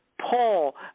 Paul